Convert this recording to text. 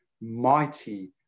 mighty